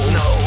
no